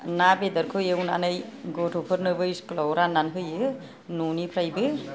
ना बेदरखौ एवनानै गथ'फोरनोबो इस्कुलाव रान्नानै होयो न'निफ्रायबो